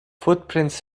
footprints